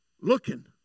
looking